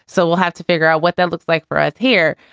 so we'll have to figure out what that looks like for us here.